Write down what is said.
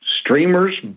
streamers